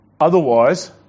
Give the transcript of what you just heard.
Otherwise